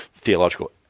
theological